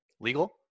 legal